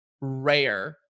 rare